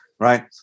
right